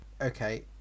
Okay